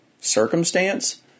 circumstance